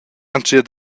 entschiet